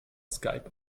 skype